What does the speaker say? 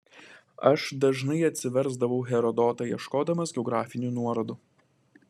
aš dažnai atsiversdavau herodotą ieškodamas geografinių nuorodų